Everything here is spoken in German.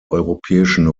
europäischen